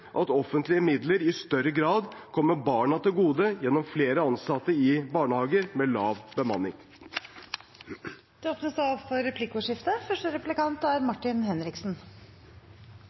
at offentlige midler i større grad kommer barna til gode, gjennom flere ansatte i barnehager med lav bemanning. Det blir replikkordskifte. Det vi har sett de siste årene, er